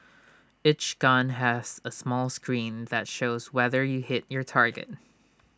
each gun has A small screen that shows whether you hit your target